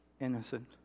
innocent